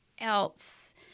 else